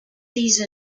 these